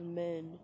men